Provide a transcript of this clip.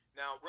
now